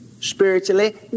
Spiritually